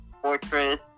Fortress